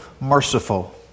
merciful